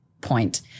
point